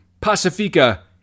Pacifica